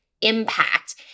impact